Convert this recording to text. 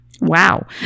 Wow